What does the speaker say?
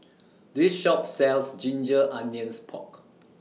This Shop sells Ginger Onions Pork